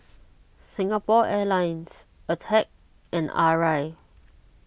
Singapore Airlines Attack and Arai